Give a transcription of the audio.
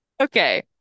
okay